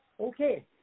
Okay